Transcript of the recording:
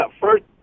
first